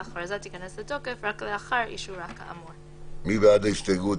ההכרזה תיכנס לתוקף רק לאחר אישורה כאמור." מי בעד ההסתייגות?